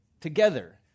together